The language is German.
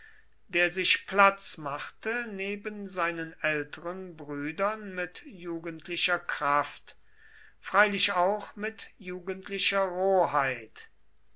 der sich platz machte neben seinen älteren brüdern mit jugendlicher kraft freilich auch mit jugendlicher